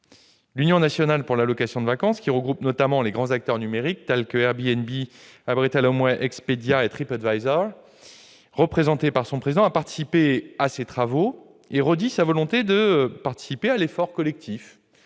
L'Union nationale pour la promotion de la location de vacances, qui regroupe notamment les grands acteurs numériques tels que Airbnb, Abritel Homeway, Expedia et TripAdvisor, représentée par son président, a participé à ces travaux et redit sa volonté de contribuer à l'effort collectif